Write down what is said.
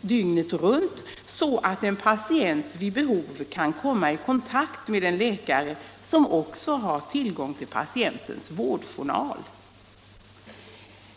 dygnet runt, så att en patient vid behov kan komma i kontakt med en läkare som också har tillgång till patientens vårdjournal.